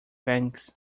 thanks